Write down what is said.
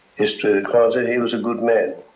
history records it, he was a good man.